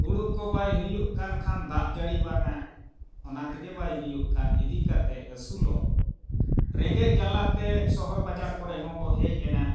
ᱦᱩᱲᱩ ᱠᱚ ᱵᱟᱭ ᱦᱩᱭᱩᱜ ᱠᱟᱱ ᱠᱷᱟᱱ ᱫᱟᱜ ᱡᱟᱹᱲᱤ ᱵᱟᱝᱟ ᱚᱱᱟ ᱛᱮᱜᱮ ᱵᱟᱭ ᱦᱩᱭᱩᱜ ᱠᱟᱱ ᱤᱫᱤ ᱠᱟᱛᱮᱫ ᱟᱹᱥᱩᱞᱚᱜ ᱨᱮᱸᱜᱮᱡ ᱡᱟᱞᱟᱛᱮ ᱥᱚᱦᱚᱨ ᱵᱟᱡᱟᱨ ᱠᱚᱨᱮ ᱦᱚᱸᱵᱚᱱ ᱦᱮᱡ ᱮᱱᱟ